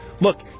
Look